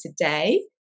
today